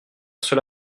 cela